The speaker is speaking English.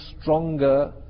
stronger